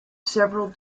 several